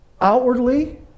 outwardly